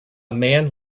man